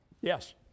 Yes